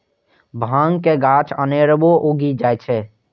भांग के गाछ अनेरबो उगि जाइ छै